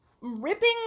ripping